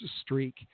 streak